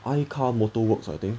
I car motor works I think